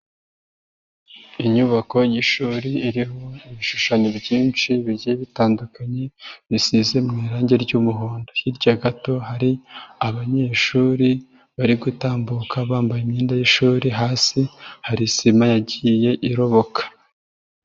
Inyubako y'ishuri iriho ibishushanyo byinshi bigiye bitandukanye bisize mu irangi ry'umuhondo, hirya gato hari abanyeshuri bari gutambuka bambaye imyenda y'ishuri, hasi hari sima yagiye iroboka.